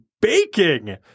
baking